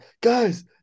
Guys